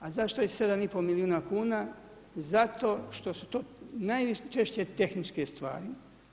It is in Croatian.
A zašto je 7,5 milijuna kuna, zato što su to najčešće tehničke stvari.